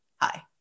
hi